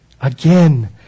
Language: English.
Again